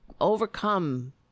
overcome